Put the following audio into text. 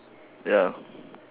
ya